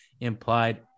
implied